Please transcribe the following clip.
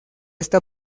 esta